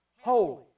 holy